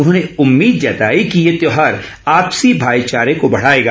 उन्होंने उम्मीद जताई कि ये त्योहार आपसी भाईचारे को बढ़ाएगा